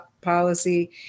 policy